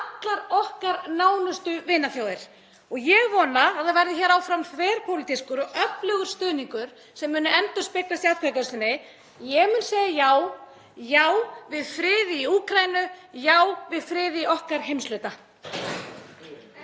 og allar okkar nánustu vinaþjóðir. Ég vona að það verði hér áfram þverpólitískur og öflugur stuðningur sem muni endurspeglast í atkvæðagreiðslunni. Ég mun segja já; já við friði í Úkraínu, já við friði í okkar heimshluta.